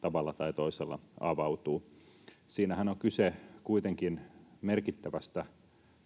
tavalla tai toisella avautuu. Siinähän on kyse kuitenkin merkittävästä